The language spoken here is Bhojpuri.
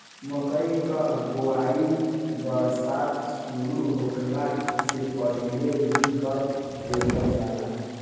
मकई कअ बोआई बरखा शुरू होखला से पहिले ही कर देहल जाला